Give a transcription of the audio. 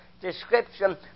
description